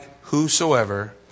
whosoever